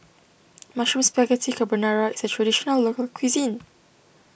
Mushroom Spaghetti Carbonara is a Traditional Local Cuisine